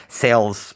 sales